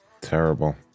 Terrible